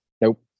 Nope